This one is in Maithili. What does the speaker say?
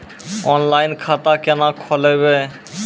ऑनलाइन खाता केना खोलभैबै?